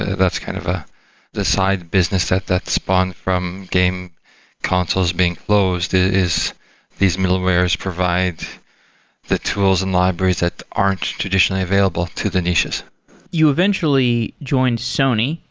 ah that's kind of ah the side business that that spawned from game consoles being closed is these middlewares provide the tools and libraries that aren't traditionally available to the niches you eventually joined sony.